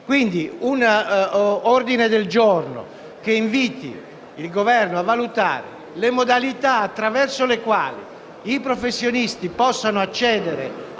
un ordine del giorno che esorti il Governo a valutare le modalità attraverso le quali i professionisti possano accedere a